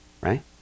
right